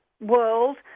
world